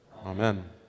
Amen